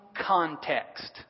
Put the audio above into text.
context